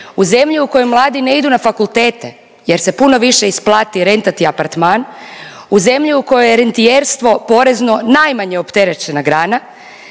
u zemlji u kojoj mladi ne idu na fakultete jer se puno više isplati rentati apartman, u zemlji u kojoj je rentijerstvo porezno najmanje opterećena grana